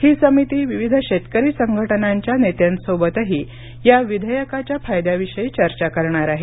ही समिती विविध शेतकरी संघटनांच्या नेत्यांसोबतही या विधेयकाच्या फायद्याविषयी चर्चा करणार आहे